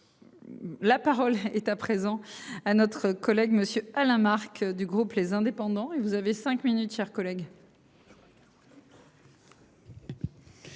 La parole est à présent à notre collègue monsieur Alain. Du groupe les indépendants et vous avez 5 minutes, chers collègues.